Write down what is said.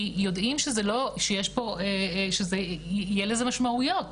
כי יודעים שיהיה לזה משמעויות,